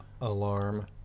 Alarm